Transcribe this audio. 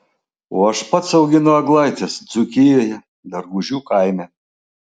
o aš pats auginu eglaites dzūkijoje dargužių kaime